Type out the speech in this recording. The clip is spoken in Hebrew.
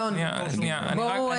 לא, לא בואו.